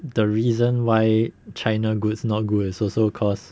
the reason why china goods not good is also cause